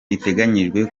iteganyijwe